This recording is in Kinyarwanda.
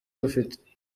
ufite